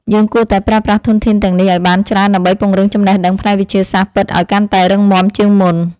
យើងគួរតែប្រើប្រាស់ធនធានទាំងនេះឱ្យបានច្រើនដើម្បីពង្រឹងចំណេះដឹងផ្នែកវិទ្យាសាស្ត្រពិតឱ្យកាន់តែរឹងមាំជាងមុន។